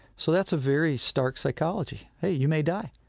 so that's a very stark psychology. hey, you may die,